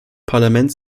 parlament